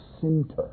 center